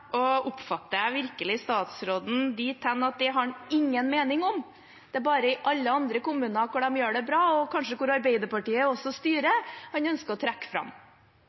Oppfatter jeg virkelig statsråden dit hen at det har han ingen mening om – at det bare er alle andre kommuner hvor man gjør det bra, og kanskje der Arbeiderpartiet også styrer, man ønsker å trekke fram?